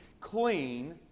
clean